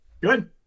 Good